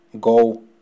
go